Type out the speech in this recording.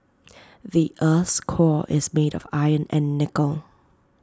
the Earth's core is made of iron and nickel